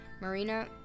marina